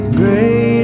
great